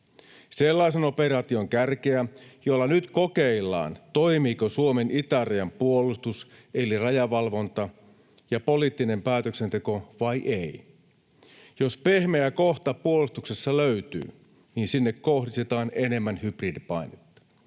sellaisen operaation kärkeä, jolla nyt kokeillaan, toimivatko Suomen itärajan puolustus, eli rajavalvonta, ja poliittinen päätöksenteko vai eivät. Jos pehmeä kohta puolustuksessa löytyy, sinne kohdistetaan enemmän hybridipainetta.